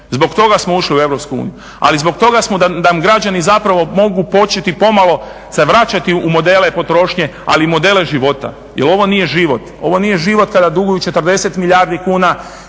Zbog toga smo ušli u Europsku uniju, ali zbog toga smo, da nam građani zapravo mogu početi pomalo se vraćati u modele potrošnje ali modele života, jel ovo nije život, ovo nije život kada duguju 40 milijardi kuna